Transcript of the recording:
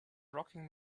rocking